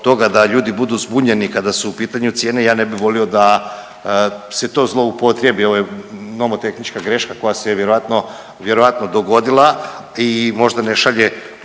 da ljudi budu zbunjeni kada su u pitanju cijene. Ja ne bi volio da se to zloupotrijebi, ovo je nomotehnička greška koja se vjerojatno vjerojatno dogodila i možda ne šalje